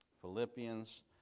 Philippians